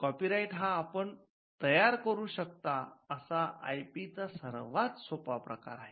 copyright हा आपण तयार करू शकता असा आयपी चा सर्वात सोपा प्रकार आहे